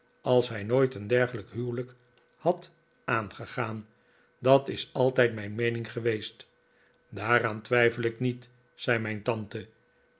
als hij nooit een dergelijk huwelijk had aangegaaii dat is altijd mijn meening geweest daaraan twijfel ik niet zei mijn tante